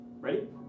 Ready